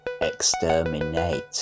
exterminate